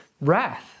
wrath